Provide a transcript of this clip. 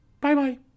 Bye-bye